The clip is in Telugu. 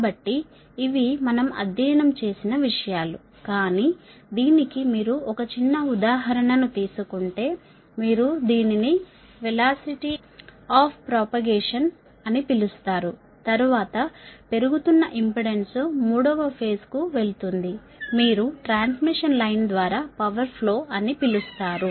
కాబట్టి ఇవి మనము అధ్యయనం చేసిన విషయాలు కానీ దీనికి మీరు ఒక చిన్న ఉదాహరణ ను తీసుకుంటే మీరు దీనిని వెలాసిటీ ఆఫ్ ప్రోపగేషన్ అని పిలుస్తారు తరువాత పెరుగుతున్న ఇంపెడెన్స్ 3 వ ఫేజ్ కు వెళుతుంది మీరు ట్రాన్స్మిషన్ లైన్ ద్వారా పవర్ ఫ్లో అని పిలుస్తారు